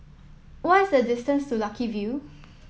what is the distance to Lucky View